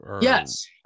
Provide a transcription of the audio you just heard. Yes